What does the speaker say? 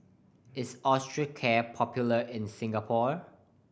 is Osteocare popular in Singapore